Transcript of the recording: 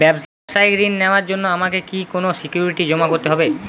ব্যাবসায়িক ঋণ নেওয়ার জন্য আমাকে কি কোনো সিকিউরিটি জমা করতে হবে?